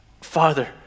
Father